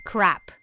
Crap